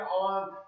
on